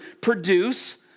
produce